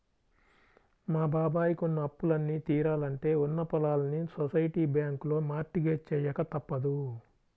మా బాబాయ్ కి ఉన్న అప్పులన్నీ తీరాలంటే ఉన్న పొలాల్ని సొసైటీ బ్యాంకులో మార్ట్ గేజ్ చెయ్యక తప్పదు